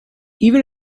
even